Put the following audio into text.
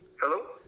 Hello